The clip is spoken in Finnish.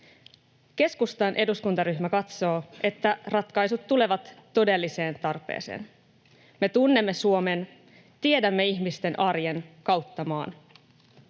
Keskustan eduskuntaryhmä katsoo, että ratkaisut tulevat todelliseen tarpeeseen. Me tunnemme Suomen. Tiedämme ihmisten arjen kautta maan.